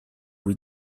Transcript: with